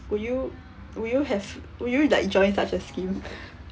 would you would you have would you like join such a scheme